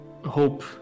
hope